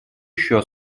еще